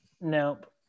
Nope